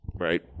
right